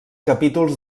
capítols